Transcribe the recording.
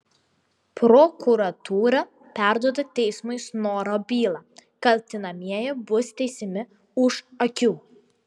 prokuratūra perduoda teismui snoro bylą kaltinamieji bus teisiami už akių